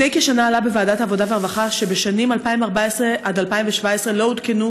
לפני כשנה עלה בוועדת העבודה והרווחה שבשנים 2014 2017 לא עודכנו